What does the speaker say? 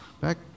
back